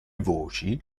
voci